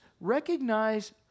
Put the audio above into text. recognize